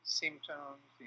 symptoms